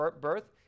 birth